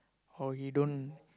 or he don't